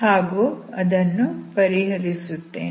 ಹಾಗೂ ಅದನ್ನು ಪರಿಹರಿಸುತ್ತೇನೆ